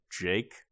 jake